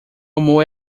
amor